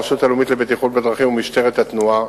הרשות הלאומית לבטיחות בדרכים ומשטרת התנועה.